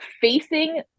facing